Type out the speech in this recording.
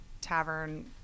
tavern